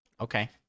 okay